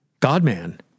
God-man